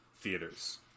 theaters